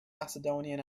macedonian